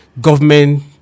government